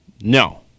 No